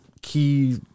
key